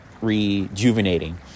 rejuvenating